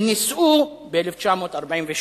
הם נישאו ב-1946.